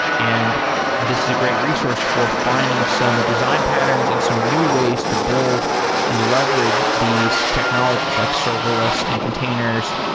and this is a great resource for finding some design patterns and some new ways to build and leverage these technologies, like serverless, and containers,